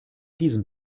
diesem